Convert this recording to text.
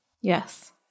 Yes